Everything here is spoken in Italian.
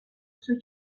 sui